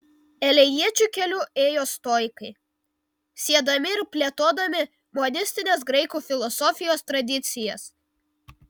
elėjiečių keliu ėjo stoikai siedami ir plėtodami monistinės graikų filosofijos tradicijas